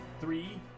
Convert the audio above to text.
three